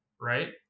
right